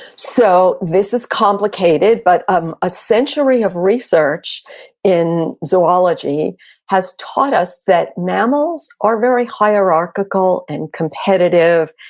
so this is complicated, but um a century of research in zoology has taught us that mammals are very hierarchical, and competitive,